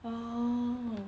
oh